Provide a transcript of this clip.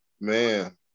Man